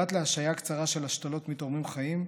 ופרט להשהיה קצרה של השתלות מתורמים חיים,